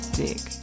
dick